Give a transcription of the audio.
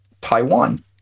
taiwan